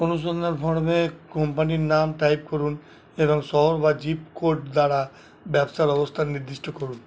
অনুসন্ধান ফর্মে কোম্পানির নাম টাইপ করুন এবং শহর বা জিপ কোড দ্বারা ব্যবসার অবস্থান নির্দিষ্ট করুন